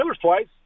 twice